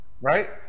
Right